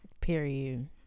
period